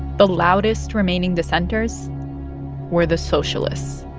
the loudest remaining dissenters were the socialists